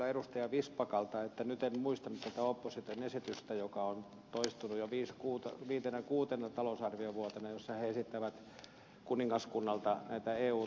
vistbackalta että nyt en muistanut tätä opposition esitystä joka on toistunut jo viitenä kuutena talousarviovuotena ja jossa he esittävät kuningaskunnalta näitä eu tukia pois